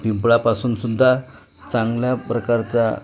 पिंपळापासूनसुद्धा चांगल्या प्रकारचा